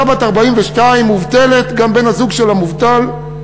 אישה בת 42, מובטלת, וגם בן-הזוג שלה מובטל.